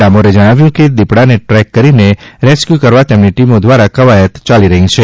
ડામોરે જણાવ્યું છે કે તે દિપડાને દ્રેક કરીને રેસ્ક્યુ કરવા તેમની ટીમો દ્વારા કવાયત ચાલી રહી છે